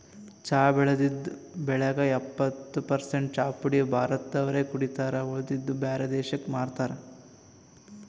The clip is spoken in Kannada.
ಚಾ ಬೆಳದಿದ್ದ್ ಬೆಳ್ಯಾಗ್ ಎಪ್ಪತ್ತ್ ಪರಸೆಂಟ್ ಚಾಪುಡಿ ಭಾರತ್ ದವ್ರೆ ಕುಡಿತಾರ್ ಉಳದಿದ್ದ್ ಬ್ಯಾರೆ ದೇಶಕ್ಕ್ ಮಾರ್ತಾರ್